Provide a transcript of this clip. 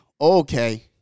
okay